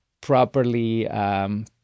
properly